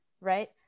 right